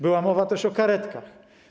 Była mowa też o karetkach.